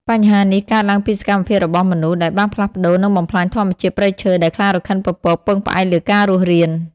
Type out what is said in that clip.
បញ្ហានេះកើតឡើងពីសកម្មភាពរបស់មនុស្ស ដែលបានផ្លាស់ប្តូរ និងបំផ្លាញធម្មជាតិព្រៃឈើដែលខ្លារខិនពពកពឹងផ្អែកលើការរស់រាន។